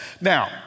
Now